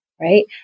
right